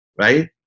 right